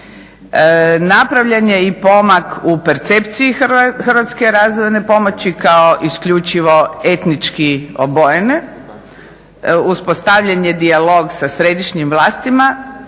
Napravljen je i pomak u percepciji hrvatske razvojne pomoći kao isključivo etnički obojene, uspostavljen je dijalog sa središnjim vlastima